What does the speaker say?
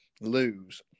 lose